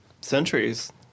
Centuries